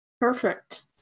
perfect